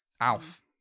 Alf